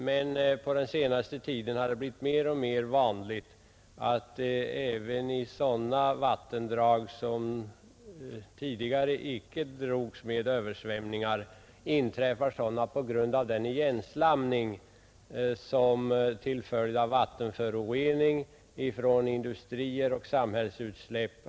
Men även i sådana vattendrag där det tidigare inte har förekommit översvämningar har sådana på senaste tiden blivit mer och mer vanliga på grund av sådan igenslamning som uppstått av en allt kraftigare vattenförorening från industrier och samhällsutsläpp.